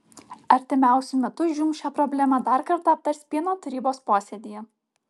artimiausiu metu žūm šią problemą dar kartą aptars pieno tarybos posėdyje